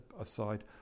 aside